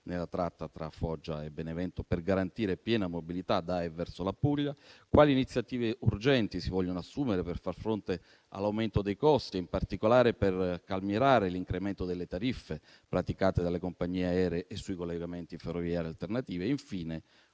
nella tratta tra Foggia e Benevento, per garantire piena mobilità da e verso la Puglia. Si chiede inoltre di sapere, quali iniziative urgenti si vogliono assumere per far fronte all'aumento dei costi, in particolare per calmierare l'incremento delle tariffe praticate dalle compagnie aeree e sui collegamenti ferroviari alternativi. Infine,